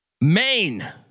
Maine